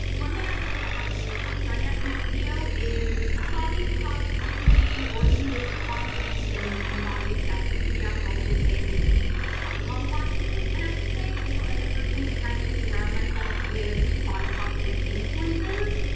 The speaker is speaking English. one thing i realized haven't really touched on yet in this video is body positivity or even just confidence and and body acceptance in general within these peloton classes, and i would say, you know, as a person who tries to surround myself with body positive influences,